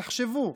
תחשבו.